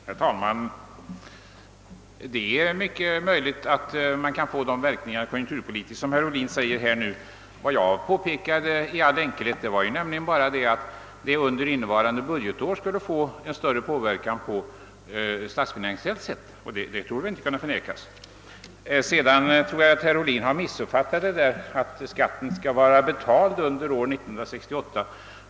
Herr talman! Det är mycket möjligt att mittenpartiernas förslag konjunkturpolitiskt kan få de verkningar som herr Ohlin nu angivit. Vad jag i all enkelhet påpekade var bara att det under kommande budgetår skulle få en större inverkan statsfinansiellt sett, vilket inte torde kunna förnekas. Vidare tror jag att herr Ohlin gjorde sig skyldig till en missuppfattning när han menade att skatten skulle vara betald 1968.